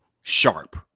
sharp